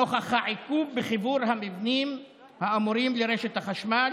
נוכח העיכוב בחיבור המבנים האמורים לרשת החשמל